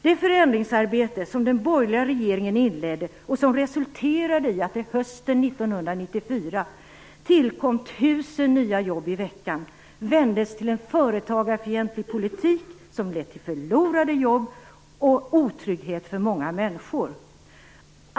Det förändringsarbete som den borgerliga regeringen inledde och som resulterade i att det hösten 1994 tillkom 1 000 nya jobb i veckan, vändes till en företagarfientlig politik som lett till förlorade jobb och otrygghet för många människor.